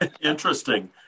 Interesting